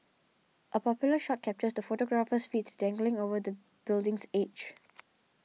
a popular shot captures the photographer's feet dangling over the building's edge